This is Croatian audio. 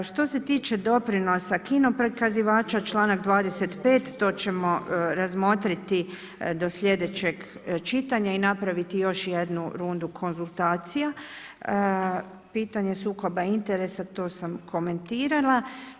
Što se tiče doprinosa kinoprikazivača, članak 25. to ćemo razmotriti do sljedećeg čitanja i napraviti još jednu rundu konzultacija, pitanje sukoba interesa to sam komentirala.